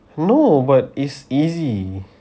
no but is easy